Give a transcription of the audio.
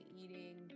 eating